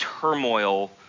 turmoil